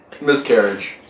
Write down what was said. Miscarriage